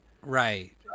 right